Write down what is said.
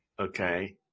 okay